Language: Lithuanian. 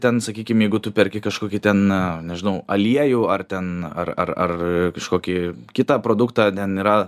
ten sakykim jeigu tu perki kažkokį na nežinau aliejų ar ten ar ar ar kažkokį kitą produktą ten yra